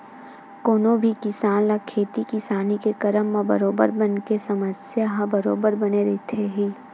कोनो भी किसान ल खेती किसानी के करब म बरोबर बन के समस्या ह बरोबर बने रहिथे ही